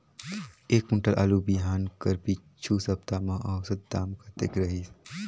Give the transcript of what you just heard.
एक कुंटल आलू बिहान कर पिछू सप्ता म औसत दाम कतेक रहिस?